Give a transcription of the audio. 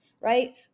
right